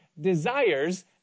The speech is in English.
desires